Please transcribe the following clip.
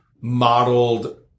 modeled